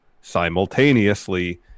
simultaneously